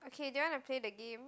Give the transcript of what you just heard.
okay do you wanna play the game